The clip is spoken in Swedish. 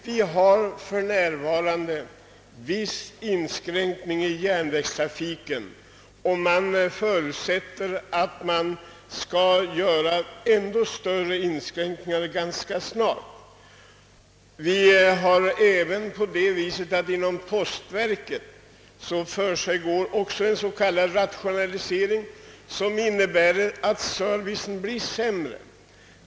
Vi har för närvarande vissa inskränkningar i järnvägstrafiken och man förutsätter att det skall bli ännu fler ganska snart. Inom postverket försiggår också en s.k. rationalisering som innebär att servicen blir sämre.